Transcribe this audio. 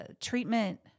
treatment